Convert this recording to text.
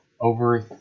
over